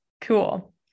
Cool